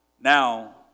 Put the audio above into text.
now